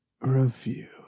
review